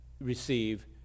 receive